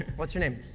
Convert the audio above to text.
what your name?